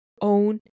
own